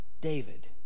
David